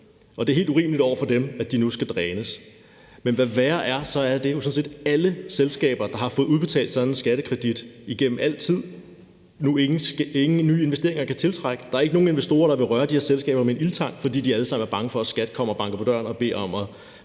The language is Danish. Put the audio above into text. det er helt urimeligt over for dem, at de nu skal drænes. Men hvad værre er sådan set, at alle selskaber, der har fået udbetalt sådan en skattekredit igennem altid, nu ingen nye investeringer kan tiltrække; der er ikke nogen investorer, der vil røre de her selskaber med en ildtang, fordi de alle sammen er bange for, at skattemyndighederne kommer og banker på døren og beder om at